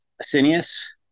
Asinius